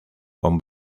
con